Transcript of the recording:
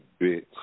bitch